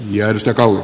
järvistä kalla